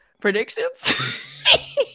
predictions